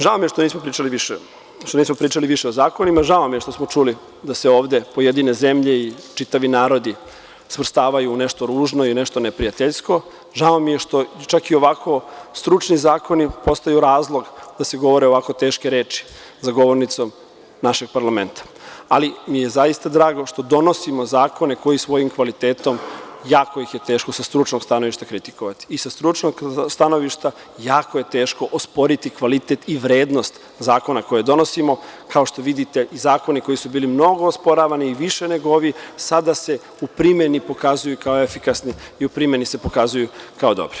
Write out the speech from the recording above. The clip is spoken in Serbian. Žao mi je što nismo pričali više o zakonima, žao mi je što smo ovde čuli da se pojedine zemlje i čitavi narodi svrstavaju u nešto ružno i nešto neprijateljsko i žao mi je što ovako stručni zakoni postaju razlog da se govore ovako teške reči za govornicom našeg parlamenta, ali mi je zaista drago što donosimo zakone koji svojim kvalitetom, a jako ih je teško sa stručnog stanovišta kritikovati i sa stručnog stanovišta jako je teško osporiti kvalitet i vrednost zakona koje donosimo, jer kao što vidite, zakoni koji su bili mnogo osporavani i više nego ovi, sada se u primeni pokazuju kao efikasni i u primeni se pokazuju kao dobri.